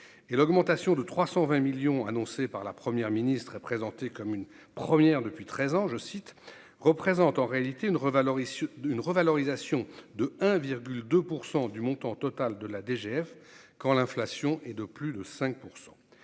l'augmentation de 320 millions annoncés par la première ministre est présentée comme une première depuis 13 ans, je cite, représente en réalité une revalorisation une revalorisation de 1,2 pour 100 du montant total de la DGF quand l'inflation est de plus de 5